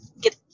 get